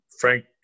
Frank